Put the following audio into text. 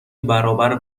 برابر